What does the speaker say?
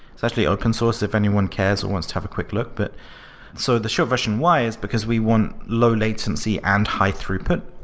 it's actually open-source, if anyone cares or wants to have a quick look. but so the short version why is because we want low latency and high throughput,